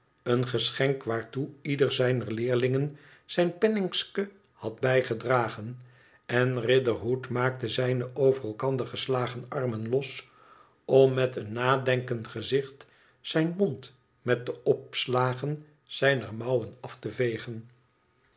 een geschenk waattoe ieder zijner leerlingen zijn penningske had bijgedragen en riderhood maakte zijne over elkander geslagen armen los om met een nadenkend gezicht zijn mond met de opslagen zijner mouwen af te vegen